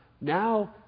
now